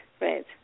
Right